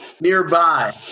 nearby